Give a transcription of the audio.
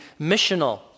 missional